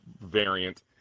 variant